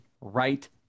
right